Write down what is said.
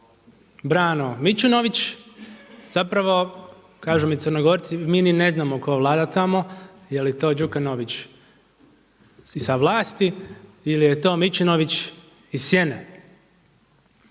Brano Mičunović, zapravo kažu mi Crnogorci mi ni ne znamo tko vlada tamo jeli to Đukanović i sa vlasti ili je to Mičunović iz sjene.